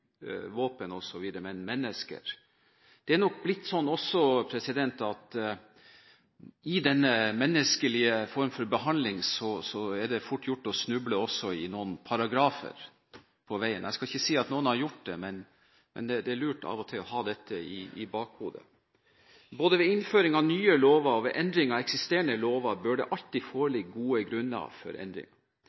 våpen osv., men om mennesker. I denne menneskelige form for behandling er det også fort gjort å snuble i noen paragrafer på veien. Jeg skal ikke si at noen har gjort det, men det er lurt å ha dette i bakhodet. Både ved innføring av nye lover og ved endring av eksisterende lover bør det alltid foreligge gode grunner for